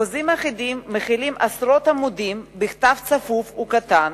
חוזים אחידים מכילים עשרות עמודים בכתב צפוף וקטן.